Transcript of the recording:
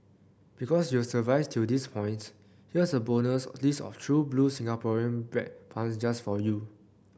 because you've survived till this points here's a bonus list of true blue Singaporean bread puns just for you